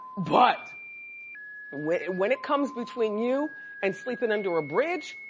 but when and when it comes between you and sleepin' under a bridge,